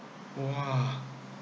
!wah!